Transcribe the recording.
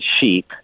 sheep